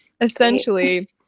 essentially